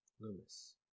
Loomis